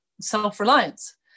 self-reliance